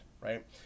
right